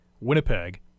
Winnipeg